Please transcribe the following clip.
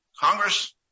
Congress